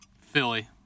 Philly